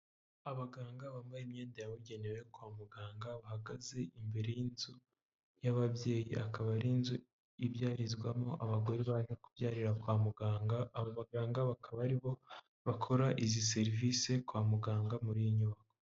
Abaganga bambaye imyenda yabugenewe kwa muganga bahagaze imbere y'inzu y'ababyeyi akaba ari inzu ibyarizwamo abagore baje kubyarira kwa muganga, aba baganga bakaba aribo bakora izi serivisi kwa muganga muri iyi nyubako.